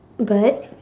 but